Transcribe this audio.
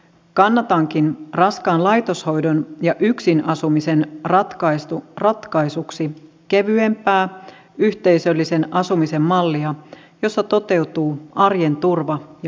kannatankin raskaan laitoshoidon ja yksin asumisen vaihtoehdoksi kevyempää yhteisöllisen asumisen mallia jossa toteutuvat arjen turva ja palvelut